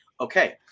okay